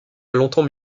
longtemps